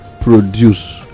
produce